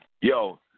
Yo